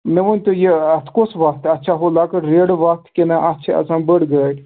مےٚ ؤنۍتو یہِ اَتھ کۄس وَتھ اَتھ چھےٚ ہُہ لۄکٕٹ ریڈٕ وَتھ کِنہٕ اَتھ چھِ اَژان بٔڑ گٲڑۍ